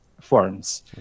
forms